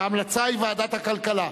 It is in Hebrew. ההמלצה היא ועדת הכלכלה.